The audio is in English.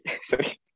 Sorry